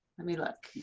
let me look.